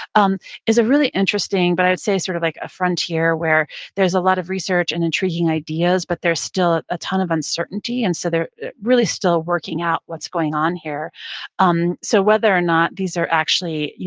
um is a really interesting but i would say sort of like a frontier where there's a lot of research and intriguing ideas, but there's still a ton of uncertainty, and so they're really still working out what's going on here um so whether or not these are actually,